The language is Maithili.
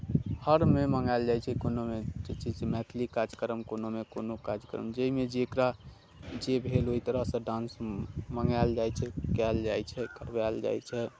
हरमे मङ्गायल जाइ छै कोनोमे जे चीज मैथिली कार्यक्रम कोनोमे कोनो कार्यक्रम जाहिमे जकरा जे भेल ओहि तरहसँ डांस मङ्गायल जाइ छै कयल जाइ छै करबायल जाइ छै